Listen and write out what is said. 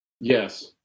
Yes